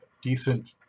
decent